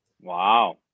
Wow